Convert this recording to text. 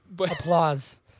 Applause